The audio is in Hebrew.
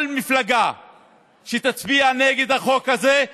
כל מפלגה שתצביע נגד החוק הזה,